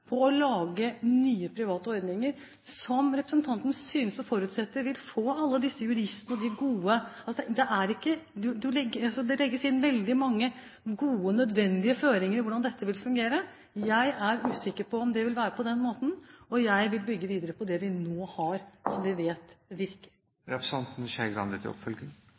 på å lage nye private ordninger, som representanten synes å forutsette vil få alle disse juristene, og disse gode fagfolkene. Det legges inn veldig mange gode, nødvendig føringer for hvordan dette vil fungere. Jeg er usikker på om det vil være på den måten, og jeg vil bygge videre på det vi nå har, som vi vet virker. Dette er prøvd ut i praksis i andre land, så vi vet hvordan det fungerer der. Jeg ser ingen av de